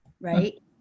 right